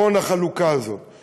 שהחלוקה הזאת לא נכונה.